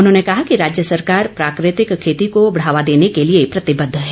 उन्होंने कहा कि राज्य सरकार प्राकृतिक खेती को बढ़ावा देने के लिए प्रतिबद्ध है